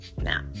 Now